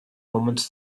moments